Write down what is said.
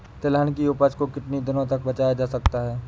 तिलहन की उपज को कितनी दिनों तक बचाया जा सकता है?